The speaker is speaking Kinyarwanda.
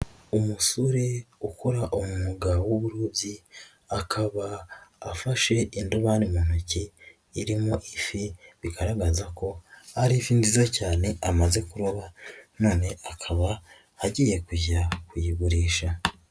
Umusore ukora umwuga w'uburobyi, akaba afashe indobani mu ntoki, irimo ifi, bigaragaza ko ari ifi nziza cyane amaze kuroba, none akaba agiye kujya kuyigurisha.